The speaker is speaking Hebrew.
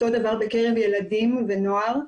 אותו דבר בקרב ילדים ונוער.